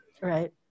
right